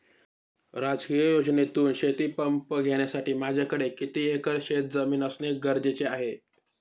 शासकीय योजनेतून शेतीपंप घेण्यासाठी माझ्याकडे किती एकर शेतजमीन असणे गरजेचे आहे?